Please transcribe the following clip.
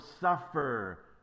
suffer